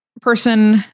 person